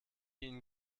ihnen